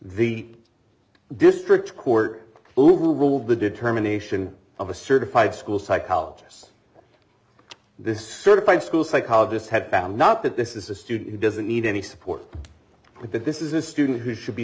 the district court who ruled the determination of a certified school psychologist this certified school psychologist had not that this is a student who doesn't need any support but that this is a student who should be